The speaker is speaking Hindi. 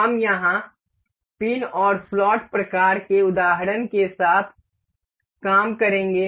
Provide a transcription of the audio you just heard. हम यहां पिन और स्लॉट प्रकार के उदाहरण के साथ काम करेंगे